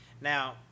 Now